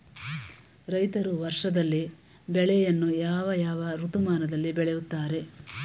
ರೈತರು ವರ್ಷದಲ್ಲಿ ಬೆಳೆಯನ್ನು ಯಾವ ಯಾವ ಋತುಮಾನಗಳಲ್ಲಿ ಬೆಳೆಯುತ್ತಾರೆ?